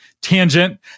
tangent